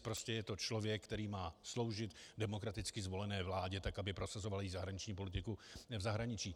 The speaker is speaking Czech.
Prostě je to člověk, který má sloužit demokraticky zvolené vládě tak, aby prosazoval její zahraniční politiku v zahraničí.